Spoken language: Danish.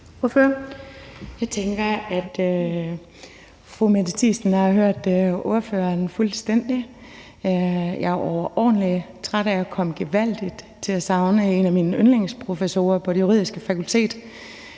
(M): Jeg tænker, at fru Mette Thiesen har hørt ordføreren fuldstændig. Jeg bliver overordentlig træt og kommer gevaldigt til at savne en af mine yndlingsprofessorer på Det Juridiske Fakultet,